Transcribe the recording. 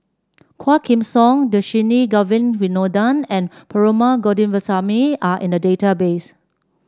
Quah Kim Song Dhershini Govin Winodan and Perumal Govindaswamy Are in the database